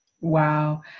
wow